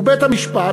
ובית-המשפט,